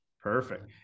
Perfect